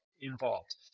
involved